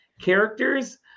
characters